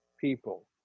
people